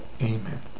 Amen